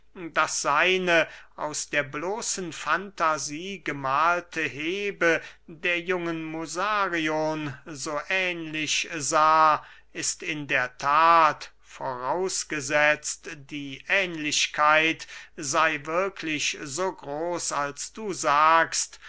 daß seine aus der bloßen fantasie gemahlte hebe der jungen musarion so ähnlich sah ist in der that vorausgesetzt die ähnlichkeit sey wirklich so groß als du sagst